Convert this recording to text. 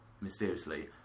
Mysteriously